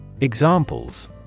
Examples